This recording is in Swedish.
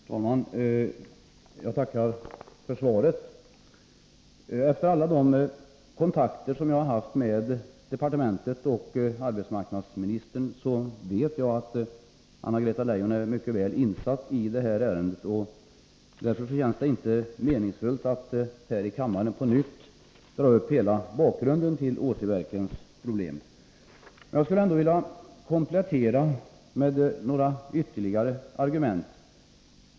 Herr talman! Jag tackar för svaret. Efter alla de kontakter som jag har haft med departementet och arbetsmarknadsministern vet jag att Anna-Greta Leijon är mycket väl insatt i detta ärende. Därför känns det inte meningsfullt att här i kammaren på nytt dra upp hela bakgrunden till Åsiverkens problem. Men jag skulle ändå vilja komplettera med några ytterligare argument.